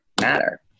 matter